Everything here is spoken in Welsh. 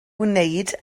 wneud